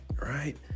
right